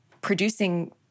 producing